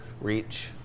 reach